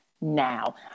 now